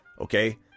okay